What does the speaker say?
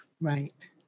Right